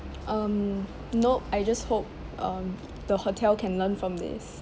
um nope I just hope um the hotel can learn from this